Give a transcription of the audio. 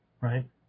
Right